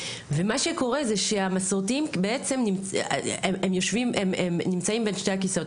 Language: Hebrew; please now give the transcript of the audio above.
ומה שקורה זה שהמסורתיים בעצם הם נמצאים בין שני הכסאות.